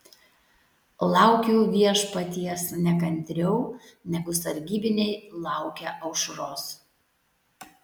laukiu viešpaties nekantriau negu sargybiniai laukia aušros